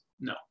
No